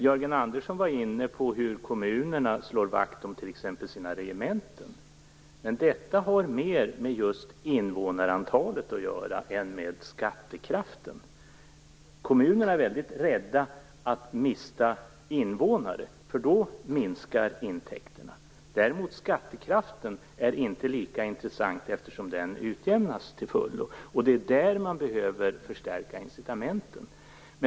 Jörgen Andersson var inne på hur kommunerna t.ex. slår vakt om sina regementen. Men detta har mer med just invånarantalet att göra än med skattekraften. Kommunerna är väldigt rädda att mista invånare, för då minskar intäkterna. Däremot är skattekraften inte lika intressant, eftersom den utjämnas till fullo. Det är där man behöver förstärka incitamenten.